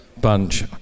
bunch